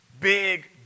big